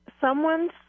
someone's